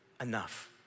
enough